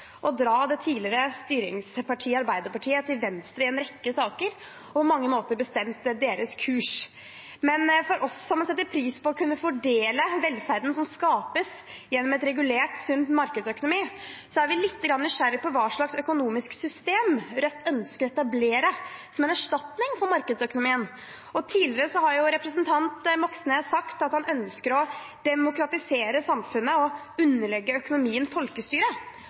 å dra det tidligere styringspartiet Arbeiderpartiet til venstre i en rekke saker, og på mange måter bestemt deres kurs. Men vi som setter pris på å kunne fordele velferden som skapes gjennom en regulert, sunn markedsøkonomi, er lite grann nysgjerrig på hva slags økonomisk system Rødt ønsker å etablere som en erstatning for markedsøkonomien. Tidligere har representanten Moxnes sagt at han ønsker å demokratisere samfunnet og underlegge økonomien